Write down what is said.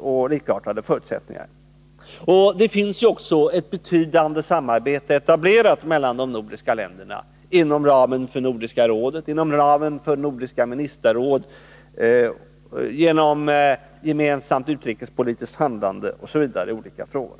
och förutsättningar. Det finns också ett betydande samarbete etablerat mellan de nordiska länderna inom ramen för Nordiska rådet, inom ramen för Nordiska ministerrådet, ett gemensamt utrikespolitiskt handlande i olika frågor osv.